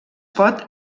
pot